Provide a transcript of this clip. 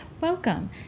welcome